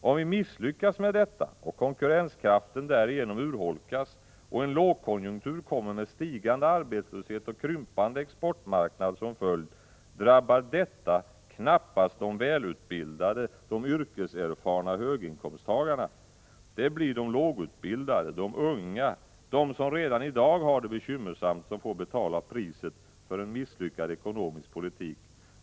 Om vi misslyckas med detta och konkurrenskraften därigenom urholkas och en lågkonjunktur kommer med stigande arbetslöshet och krympande exportmarknad som följd, drabbar det knappast de välutbildade, de yrkeserfarna höginkomsttagarna. Det blir de lågutbilda de, de unga, de som redan i dag har det bekymmersamt, som får betala priset för en misslyckad ekonomisk politik.